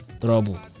trouble